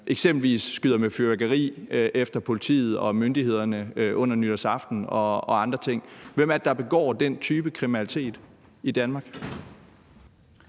eksempelvis skyderi med fyrværkeri efter politiet og myndighederne nytårsaften og andre ting. Hvem er det, der begår den type kriminalitet i Danmark?